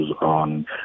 on